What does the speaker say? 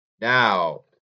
Now